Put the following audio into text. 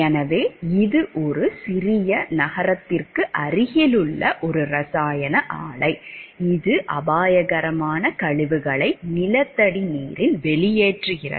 எனவே இது ஒரு சிறிய நகரத்திற்கு அருகிலுள்ள ஒரு இரசாயன ஆலை இது அபாயகரமான கழிவுகளை நிலத்தடி நீரில் வெளியேற்றுகிறது